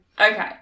Okay